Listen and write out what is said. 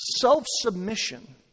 Self-submission